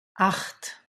acht